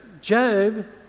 Job